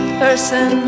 person